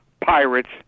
Pirates